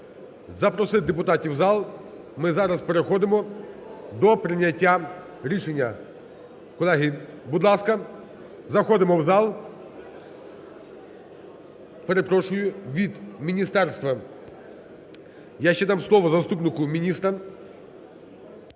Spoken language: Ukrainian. запросити депутатів в зал. Ми зараз переходимо до прийняття рішення. Колеги, будь ласка, заходимо в зал. Перепрошую, від міністерства я ще дам слово заступнику міністра.